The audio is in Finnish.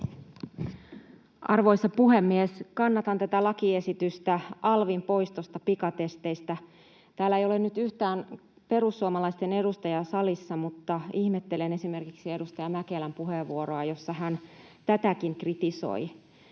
Arvoisa puhemies! Kannatan tätä lakiesitystä alvin poistosta pikatesteistä. Täällä ei ole nyt yhtään perussuomalaisten edustajaa salissa, mutta ihmettelen esimerkiksi edustaja Mäkelän puheenvuoroa, jossa hän tätäkin kritisoi.